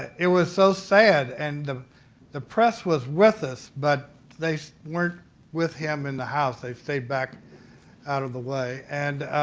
it was so sad, and the the press was with us but they weren't with him in the house. they stayed back out of the way. and